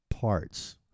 parts